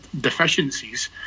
deficiencies